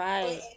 Right